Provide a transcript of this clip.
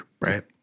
right